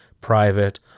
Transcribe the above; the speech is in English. private